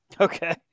Okay